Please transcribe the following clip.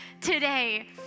today